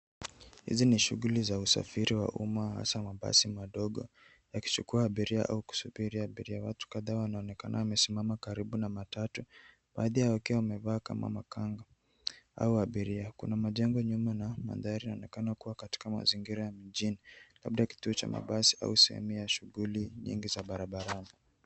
Hizi ni shughuli za usafiri wa umma hasa mabasi madogo yakichukua abiria au kusubiri abiria. Watu kadhaa wanaonekana wamesimama karibu na matatu baadhi yao wakiwa wamevaa kama makanga au abiria. Kuna majengo nyuma na mandhari yanaonekana kuwa katika mazingira ya mjini labda kituo cha mabasi au sehemu ya shughuli nyingi za barabarani.